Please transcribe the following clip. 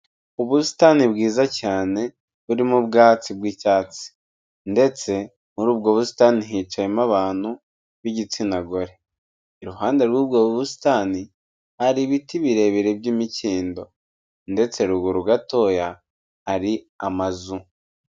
Ubusitani bwiza cyane burimo ubwatsi bw'icyatsi ndetse muri ubwo busitani hicayemo abantu b'igitsina gore. Iruhande rw'ubwo busitani hari ibiti birebire by'imikindo ndetse ruguru gatoya hari amazu.